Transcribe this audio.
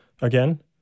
again